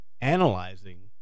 analyzing